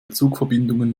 zugverbindungen